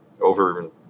over